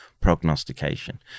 prognostication